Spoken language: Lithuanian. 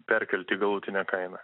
perkelti į galutinę kainą